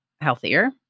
healthier